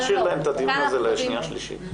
נשאיר להם את הדיון הזה לשנייה ושלישית.